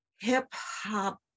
hip-hop